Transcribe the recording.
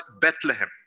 Bethlehem